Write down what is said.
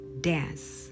dance